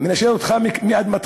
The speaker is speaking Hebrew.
מנשל אותך מאדמתך,